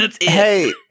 hey